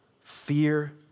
Fear